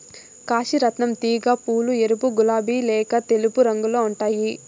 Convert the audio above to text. కాశీ రత్నం తీగ పూలు ఎరుపు, గులాబి లేక తెలుపు రంగులో ఉంటాయి